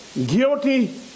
guilty